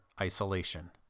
isolation